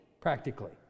practically